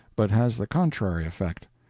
but has the contrary effect.